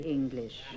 English